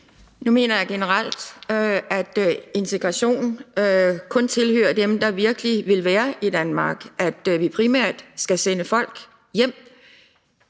Nu mener jeg generelt, at integration kun tilhører dem, der virkelig vil være i Danmark, og at vi primært skal sende folk hjem